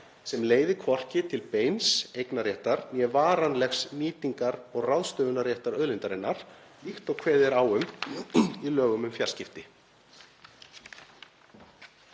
sem leiði hvorki til beins eignarréttar né varanlegs nýtingar og ráðstöfunarréttar auðlindarinnar, líkt og kveðið er á um í lögum um fjarskipti.